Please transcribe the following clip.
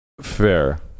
Fair